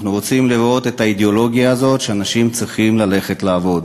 אנחנו רוצים לראות את האידיאולוגיה הזאת שאנשים צריכים ללכת לעבוד.